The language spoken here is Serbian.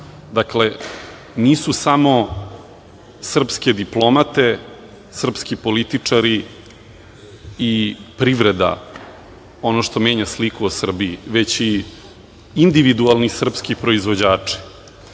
Dakle, nisu samo sprske diplomate, srpski političari i privreda ono što menja sliku o Srbiji, već i individualni srpski proizvođači.